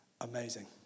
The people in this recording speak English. amazing